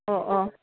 अ अ